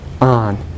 on